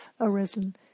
arisen